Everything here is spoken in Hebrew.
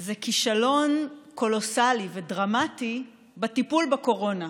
הוא כישלון קולוסלי ודרמטי בטיפול בקורונה.